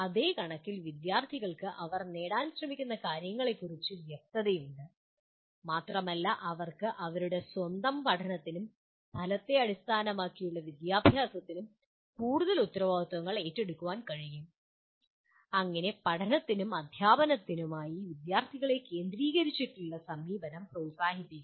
അതേ കണക്കിൽ തന്നെ വിദ്യാർത്ഥികൾക്ക് അവർ നേടാൻ ശ്രമിക്കുന്ന കാര്യങ്ങളെക്കുറിച്ച് വ്യക്തതയുണ്ട് മാത്രമല്ല അവർക്ക് അവരുടെ സ്വന്തം പഠനത്തിനും ഫലത്തെ അടിസ്ഥാനമാക്കിയുള്ള വിദ്യാഭ്യാസത്തിനും കൂടുതൽ ഉത്തരവാദിത്തം ഏറ്റെടുക്കാൻ കഴിയും അങ്ങനെ പഠനത്തിനും അദ്ധ്യാപനത്തിനുമായി വിദ്യാർത്ഥികളെ കേന്ദ്രീകരിച്ചുള്ള സമീപനം പ്രോത്സാഹിപ്പിക്കുന്നു